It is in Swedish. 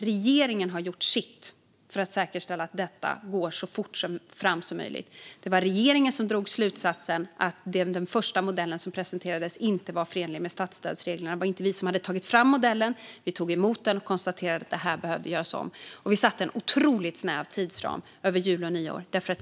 Regeringen har gjort sitt för att säkerställa att detta går så fort fram som möjligt. Det var regeringen som drog slutsatsen att den första modellen som presenterades inte var förenlig med statsstödsreglerna. Det var inte vi som hade tagit fram modellen. Vi tog emot den och konstaterade att det här behövde göras om, och vi satte en otroligt snäv tidsram över jul och nyår.